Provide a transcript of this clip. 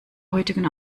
heutigen